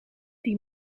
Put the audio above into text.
die